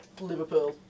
Liverpool